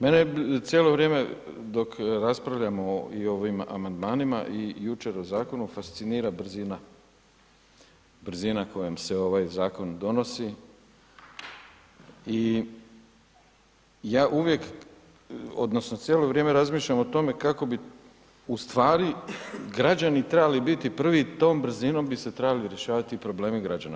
Mene cijelo vrijeme dok raspravljamo i o ovim amandmanima i jučer o zakonu fascinira brzina, brzina kojom se ovaj zakon donosi i ja uvijek odnosno cijelo vrijeme razmišljam o tome kako bi u stvari građani trebali biti prvi, tom brzinom bi se trebali rješavati problemi građana.